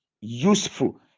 useful